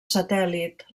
satèl·lit